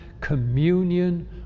communion